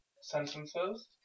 sentences